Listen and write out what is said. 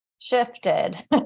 shifted